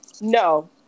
no